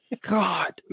God